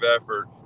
effort